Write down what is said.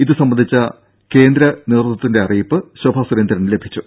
ഇതു സംബന്ധിച്ച കേന്ദ്ര നേതൃത്വത്തിന്റെ അറിയിപ്പ് ശോഭാ സുരേന്ദ്രന് ലഭിച്ചു